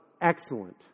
excellent